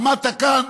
עמדת כאן